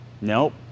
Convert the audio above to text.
Nope